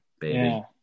baby